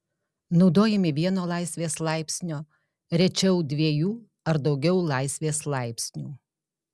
naudojami vieno laisvės laipsnio rečiau dviejų ar daugiau laisvės laipsnių